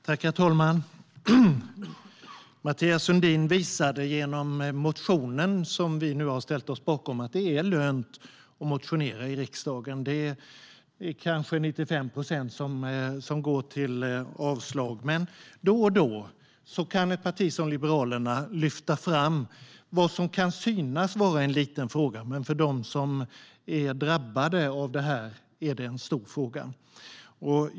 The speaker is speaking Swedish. Herr talman! Mathias Sundin visade genom motionen som vi nu har ställt oss bakom att det är lönt att motionera i riksdagen. Det är kanske 95 procent som går till avslag. Men då och då kan ett parti som Liberalerna lyfta fram vad som kan synas vara en liten fråga. Men för dem som är drabbade av det är det en stor fråga.